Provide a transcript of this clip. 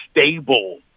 stable